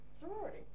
sorority